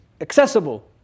accessible